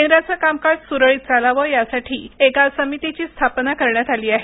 केंद्राचं कामकाज सुरळीत चालावं यासाठी एका समितीची स्थापना करण्यात आली आहे